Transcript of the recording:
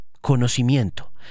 conocimiento